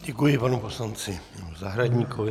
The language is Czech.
Děkuji panu poslanci Janu Zahradníkovi.